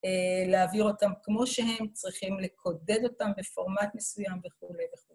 להעביר אותם כמו שהם, צריכים לקודד אותם בפורמט מסוים וכולי וכולי.